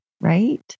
right